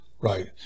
Right